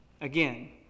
Again